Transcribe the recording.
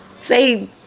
Say